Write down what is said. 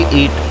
eat